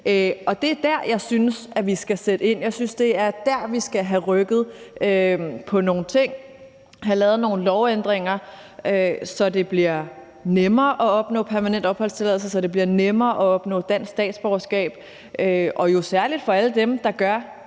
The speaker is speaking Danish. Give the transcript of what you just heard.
det er dér, jeg synes vi skal sætte ind, det er dér, jeg synes vi skal have rykket på nogle ting, have lavet nogle lovændringer, så det bliver nemmere at opnå permanent opholdstilladelse, så det bliver nemmere at opnå dansk statsborgerskab, og jo særlig for alle dem, der gør